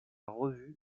revue